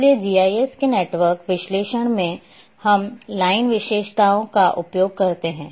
इसलिए जीआईएस के नेटवर्क विश्लेषण में हम लाइन विशेषताओं का उपयोग करते हैं